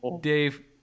Dave